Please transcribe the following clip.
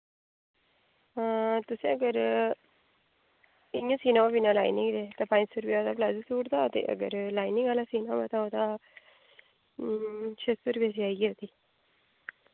हां तुसें अगर इ'यां सीना हो बिना लाइनिंग दे ते पंज सौ रपेआ ओह्दा प्लाजो सूट दा ते अगर ते अगर लाइनिंग आह्ला सीना होऐ ते ओह्दा छे सौ रपेऽ सेआई ऐ ओह्दी